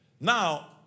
Now